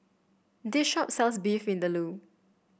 this shop sells Beef Vindaloo